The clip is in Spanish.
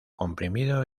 comprimido